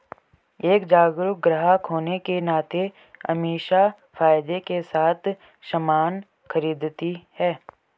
एक जागरूक ग्राहक होने के नाते अमीषा फायदे के साथ सामान खरीदती है